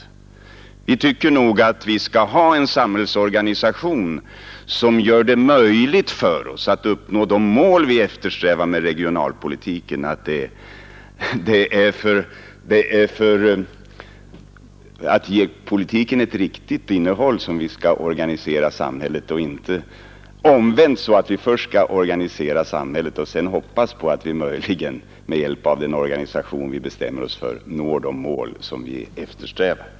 Vi tycker nog att vi skall ha en samhällsorganisation som gör det möjligt för oss att uppnå de mål vi eftersträvar med regionalpolitiken. Det är för att ge politiken ett riktigt innehåll som vi skall organisera samhället och inte omvänt: först organisera samhället och sedan hoppas på att vi möjligen med hjälp av den organisation vi bestämmer oss för skall nå de mål vi eftersträvar.